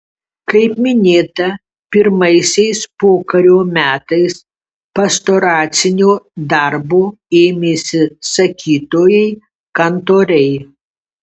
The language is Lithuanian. kaip minėta pirmaisiais pokario metais pastoracinio darbo ėmėsi sakytojai kantoriai